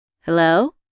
Hello